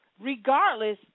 regardless